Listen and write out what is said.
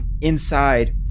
inside